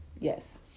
Yes